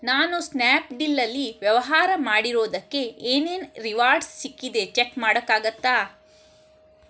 ನಾನು ಸ್ನಾಪ್ಡೀಲಲ್ಲಿ ವ್ಯವಹಾರ ಮಾಡಿರೋದಕ್ಕೆ ಏನೇನು ರಿವಾರ್ಡ್ಸ್ ಸಿಕ್ಕಿದೆ ಚೆಕ್ ಮಾಡೋಕ್ಕಾಗತ್ತಾ